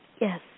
Yes